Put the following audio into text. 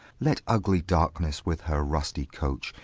let ugly darkness with her rusty coach,